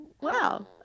wow